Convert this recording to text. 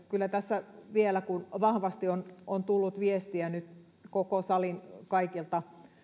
kyllä tässä vahvasti on on tullut viestiä nyt koko salin kaikilta